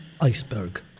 iceberg